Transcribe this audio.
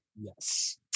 Yes